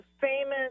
famous